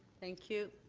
thank you.